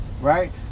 Right